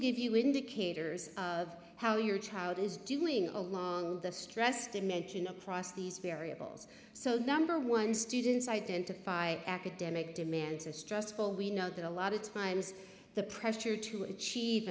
give you indicators of how your child is doing of the stress dimension across these variables so number one students identify academic demands or stressful we know that a lot of times the pressure to achieve